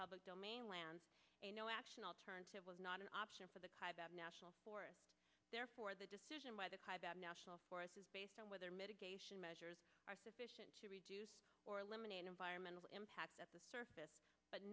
public domain land a no action alternative was not an option for the national forest therefore the decision by the national forests is based on whether mitigation measures are sufficient to reduce or eliminate environmental impact at the surface but